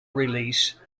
release